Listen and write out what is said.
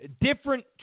different